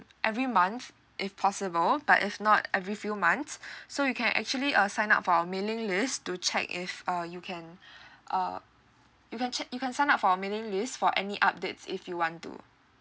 every month if possible but if not every few months so you can actually uh sign up for our mailing list to check if uh you can uh you can che~ you can sign up for our mailing list for any updates if you want to